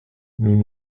nous